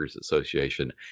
association